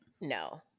No